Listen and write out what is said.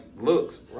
looks